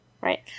right